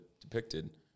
depicted